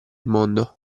mondo